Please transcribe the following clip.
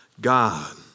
God